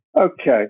Okay